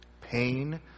Pain